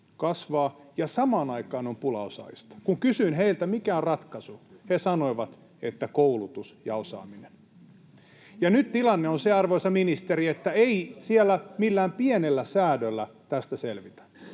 kasvaa ja samaan aikaan on pula osaajista. Kun kysyin heiltä, mikä on ratkaisu, he sanoivat, että koulutus ja osaaminen. Ja nyt tilanne on se, arvoisa ministeri, että ei siellä millään pienellä säädöllä tästä selvitä.